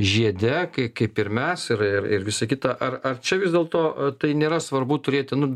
žiede kai kaip ir mes ir ir visa kita ar ar čia vis dėlto tai nėra svarbu turėti nu